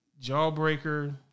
Jawbreaker